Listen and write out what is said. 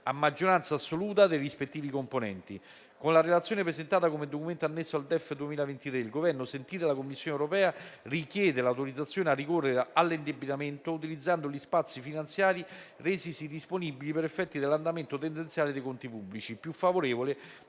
maggioranza assoluta dei rispettivi componenti. Con la Relazione presentata come documento annesso al DEF 2023, il Governo, sentita la Commissione europea, richiede l'autorizzazione a ricorrere all'indebitamento utilizzando gli spazi finanziari resisi disponibili per effetto dell'andamento tendenziale dei conti pubblici, più favorevole